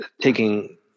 taking